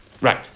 Right